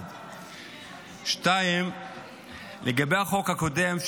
1. 2. לגבי החוק הקודם,